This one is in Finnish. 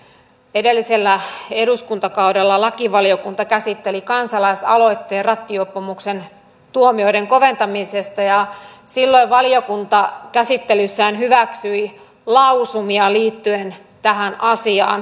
edellisellä eduskuntakaudella lakivaliokunta käsitteli kansalaisaloitteen rattijuopumuksen tuomioiden koventamisesta ja silloin valiokunta käsittelyssään hyväksyi lausumia liittyen tähän asiaan